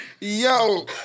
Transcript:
Yo